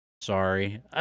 sorry